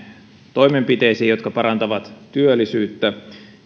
toimenpiteisiin jotka parantavat työllisyyttä